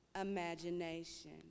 imagination